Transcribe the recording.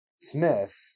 Smith